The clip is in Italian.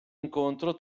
incontro